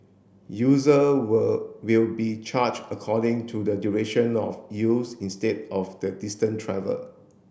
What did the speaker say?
user will will be charged according to the duration of use instead of the distance travelled